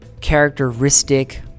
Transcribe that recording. characteristic